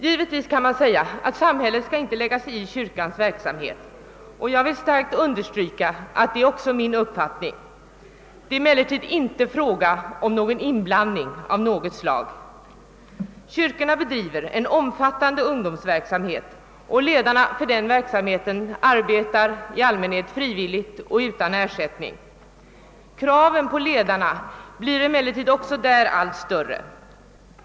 Givetvis kan man säga att samhället inte skall lägga sig i kyrkans verksamhet, och jag vill starkt understryka att detta också är min uppfattning. Det är emellertid inte fråga om en inblandning av något slag. Kyrkorna bedriver en omfattande ungdomsverksamhet, och ledarna för denna verksamhet arbetar i allmänhet frivilligt och utan ersättning. Kraven på ledarna blir emellertid också där allt större.